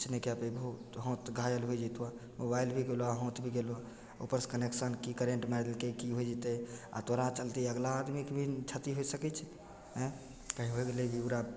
किछु नहि कै पएबहो तोहर हाथ घायल होइ जएतऽ मोबाइल भी गेलऽ हाथ भी गेलऽ उपरसे कनेक्शन कि करन्ट मारि देलकै कि होइ जएतै आओर तोहरा चलिते अगिला आदमीके भी नहि क्षति होइ सकै छै एँ होइ गेलै जे ओकरा